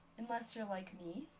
unless you're like me,